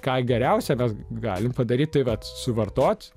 ką geriausia mes galim padaryt tai vat suvartot